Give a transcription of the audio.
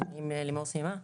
כן, אם לימור סיימה.